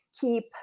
keep